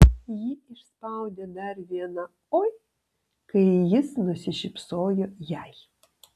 ji išspaudė dar vieną oi kai jis nusišypsojo jai